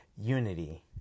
unity